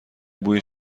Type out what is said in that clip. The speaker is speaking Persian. بوی